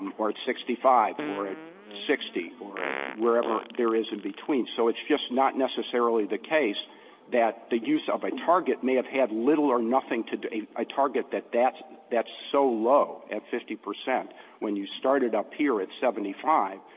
um or at sixty five, or at sixty, or at wherever there is in between. so it's just not necessarily the case that the use of a target may have had little or nothing to to a a target that that's that's so low at fifty percent when you started up here at seventy five,